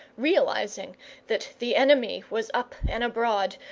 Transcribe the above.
realising that the enemy was up and abroad,